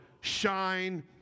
shine